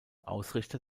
ausrichter